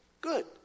Good